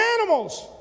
animals